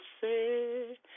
say